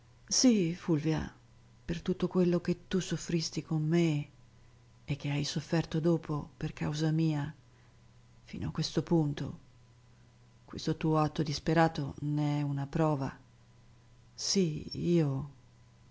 sì fulvia per tutto quello che tu soffristi con me e che hai sofferto dopo per causa mia fino a questo punto questo tuo atto disperato ne è una prova sì io